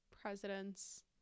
presidents